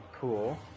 Cool